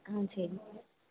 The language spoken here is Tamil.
ஆ சரி